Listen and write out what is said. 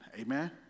Amen